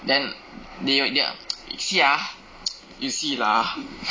then /你有你要\ you see ah you see lah